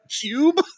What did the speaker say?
cube